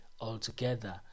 Altogether